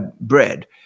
bread